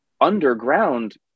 underground